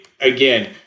again—